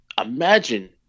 imagine